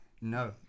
No